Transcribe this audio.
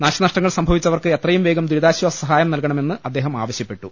നാശനഷ്ടങ്ങൾ സംഭവിച്ചവർക്ക് എത്രയും വേഗം ദുരിതാശ്വാസ സഹായം നൽകണമെന്ന് അദ്ദേഹം ആവശ്യപ്പെട്ടു